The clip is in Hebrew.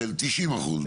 של 90 אחוזים,